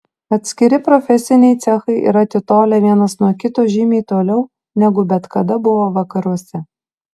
atskiri profesiniai cechai yra atitolę vienas nuo kito žymiai toliau negu bet kada buvo vakaruose